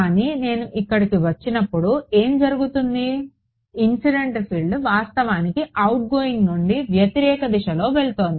కానీ నేను ఇక్కడకు వచ్చినప్పుడు ఏమి జరుగుతుంది ఇన్సిడెంట్ ఫీల్డ్ వాస్తవానికి అవుట్గోయింగ్ నుండి వ్యతిరేక దిశలో వెళుతోంది